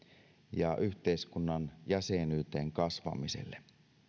ja yhteiskunnan jäsenyyteen kasvamiselle